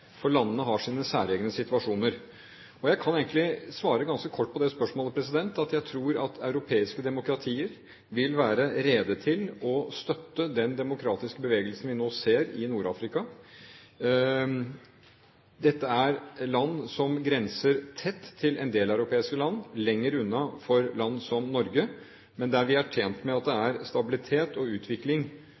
for landene har sine særegne situasjoner. Jeg kan egentlig svare ganske kort på det spørsmålet, at jeg tror at europeiske demokratier vil være rede til å støtte den demokratiske bevegelsen vi nå ser i Nord-Afrika. Dette er land som grenser tett til en del europeiske land, lenger unna for land som Norge, men der vi er tjent med at det er stabilitet og utvikling